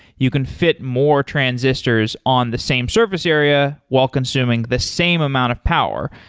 you can fit more transistors on the same surface area while consuming the same amount of power.